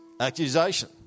accusation